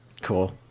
Cool